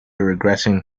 regretting